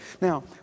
Now